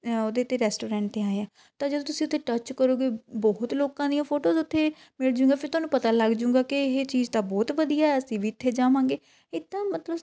ਉਹਦੇ 'ਤੇ ਰੈਸਟੋਰੈਂਟ 'ਤੇ ਆਏ ਹਾਂ ਤਾਂ ਜਦੋਂ ਤੁਸੀਂ ਉੱਥੇ ਟਚ ਕਰੋਗੇ ਬਹੁਤ ਲੋਕਾਂ ਦੀਆਂ ਫੋਟੋਸ ਉੱਥੇ ਮਿਲ ਜੂੰਗੀਆ ਫਿਰ ਤੁਹਾਨੂੰ ਪਤਾ ਲੱਗ ਜੂਗਾ ਕਿ ਇਹ ਚੀਜ਼ ਤਾਂ ਬਹੁਤ ਵਧੀਆ ਅਸੀਂ ਵੀ ਇੱਥੇ ਜਾਵਾਂਗੇ ਇੱਦਾਂ ਮਤਲਬ